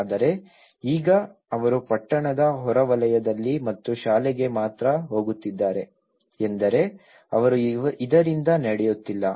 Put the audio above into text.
ಆದರೆ ಈಗ ಅವರು ಪಟ್ಟಣದ ಹೊರವಲಯದಲ್ಲಿ ಮತ್ತು ಶಾಲೆಗೆ ಮಾತ್ರ ಹೋಗುತ್ತಿದ್ದಾರೆ ಎಂದರೆ ಅವರು ಇದರಿಂದ ನಡೆಯುತ್ತಿಲ್ಲ